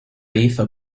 hizo